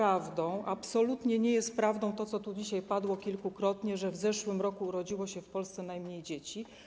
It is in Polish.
Absolutnie nie jest prawdą to, co dzisiaj padało kilkakrotnie - że w ubiegłym roku urodziło się w Polsce najmniej dzieci.